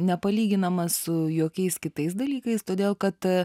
nepalyginamas su jokiais kitais dalykais todėl kad